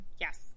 Yes